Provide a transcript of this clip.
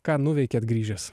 ką nuveikėt grįžęs